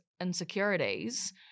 insecurities